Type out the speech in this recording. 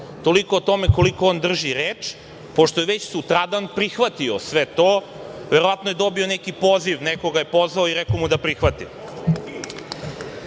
Toliko o tome koliko on drži reč, pošto je već sutradan prihvatio sve to. Verovatno je dobio neki poziv, neko ga je pozvao i rekao mu da prihvati. Sad,